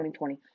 2020